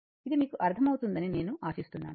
ఇది మీకు అర్థమవుతుందని నేను ఆశిస్తున్నాను